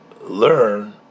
learn